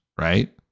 right